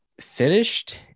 finished